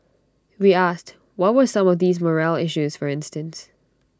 we asked what were some of these morale issues for instance